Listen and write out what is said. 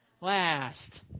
Last